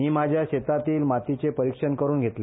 मी माझ्या शेतातली मातीचे परिक्षण करून घेतले